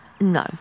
No